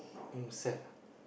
himself